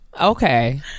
Okay